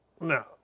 No